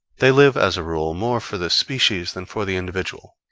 they live, as a rule, more for the species than for the individual,